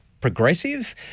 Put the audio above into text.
Progressive